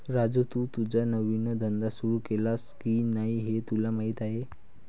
राजू, तू तुझा नवीन धंदा सुरू केलास की नाही हे तुला माहीत आहे